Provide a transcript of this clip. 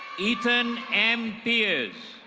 ethan m piers.